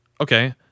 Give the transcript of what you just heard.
okay